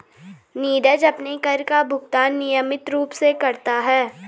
नीरज अपने कर का भुगतान नियमित रूप से करता है